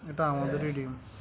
এটা আমাদেরই ডিম